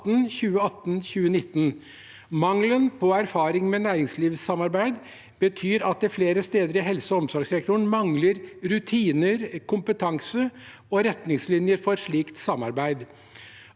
2018–2019. Mangelen på erfaring med næringslivssamarbeid betyr at det flere steder i helse- og omsorgssektoren mangler rutiner, kompetanse og retningslinjer for slikt samarbeid.